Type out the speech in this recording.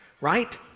right